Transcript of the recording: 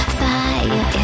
fire